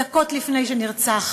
דקות לפני שנרצח